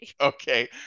Okay